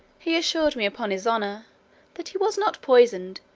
he assured me upon his honour that he was not poisoned,